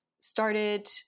started